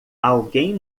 alguém